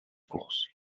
course